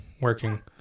Working